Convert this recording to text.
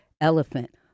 elephant